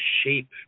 shape